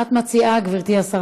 מה את מציעה, גברתי השרה?